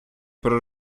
про